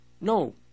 No